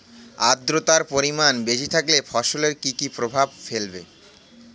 আদ্রর্তার পরিমান বেশি থাকলে ফসলে কি কি প্রভাব ফেলবে?